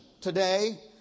today